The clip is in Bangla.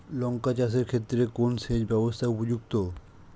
লঙ্কা চাষের ক্ষেত্রে কোন সেচব্যবস্থা উপযুক্ত?